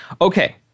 Okay